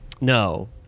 No